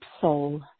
soul